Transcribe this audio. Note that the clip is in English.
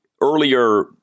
earlier